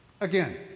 Again